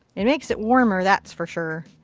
it makes it warmer that's for sure.